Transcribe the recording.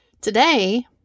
Today